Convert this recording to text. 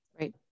Right